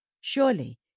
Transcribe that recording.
Surely